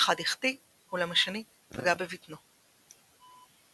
בקיץ 1901